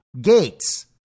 gates